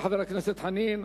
חבר הכנסת חנין,